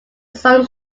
song